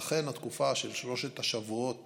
לכן התקופה של שלושת השבועות